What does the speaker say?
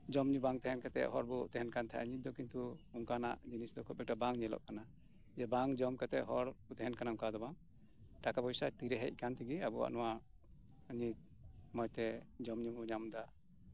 ᱡᱚᱢ ᱧᱩ ᱵᱟᱝ ᱛᱟᱦᱮᱸ ᱠᱟᱛᱮᱜ ᱦᱚᱲ ᱵᱚ ᱛᱟᱦᱮᱸᱱ ᱠᱟᱱ ᱛᱟᱦᱮᱸᱫ ᱱᱤᱛ ᱫᱚ ᱠᱤᱱᱛᱩ ᱚᱱᱠᱟᱱᱟᱜ ᱡᱤᱱᱤᱥ ᱫᱚ ᱠᱷᱩᱵᱽ ᱮᱠᱴᱟ ᱵᱟᱝ ᱧᱮᱞᱚᱜ ᱠᱟᱱᱟ ᱡᱮ ᱵᱟᱝ ᱡᱚᱢ ᱠᱟᱛᱮᱜ ᱦᱚᱲ ᱠᱚ ᱛᱟᱦᱮᱸᱱ ᱠᱟᱱᱟ ᱚᱱᱠᱟ ᱫᱚ ᱵᱟᱝ ᱴᱟᱠᱟ ᱯᱚᱭᱥᱟ ᱛᱤᱨᱮ ᱦᱮᱡ ᱟᱠᱟᱱ ᱛᱮᱜᱮ ᱟᱵᱚᱣᱟᱜ ᱱᱚᱣᱟ ᱱᱤᱛ ᱢᱚᱸᱡᱽ ᱛᱮ ᱡᱚᱢ ᱧᱩ ᱵᱚ ᱧᱟᱢ ᱫᱟ